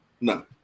No